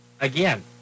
Again